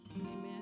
Amen